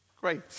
Great